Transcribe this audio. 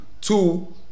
two